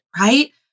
Right